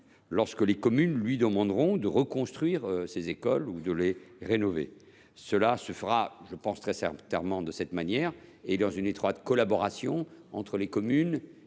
lorsque les communes lui demanderont de les reconstruire ou de les rénover. Cela se fera très certainement de cette manière, dans une étroite collaboration entre les communes